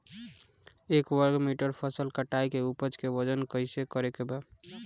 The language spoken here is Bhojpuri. एक वर्ग मीटर फसल कटाई के उपज के वजन कैसे करे के बा?